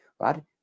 right